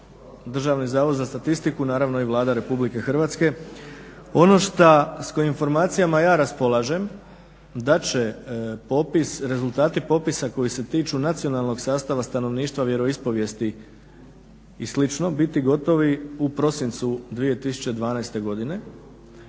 prava adresa za upit je DZS, naravno i Vlada RH. Ono što s kojim informacijama ja raspolažem da će popisa rezultati popisa koji se tiču nacionalnog sastava stanovništva vjeroispovijesti i slično biti gotovi u prosincu 2012.godine